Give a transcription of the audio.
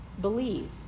believe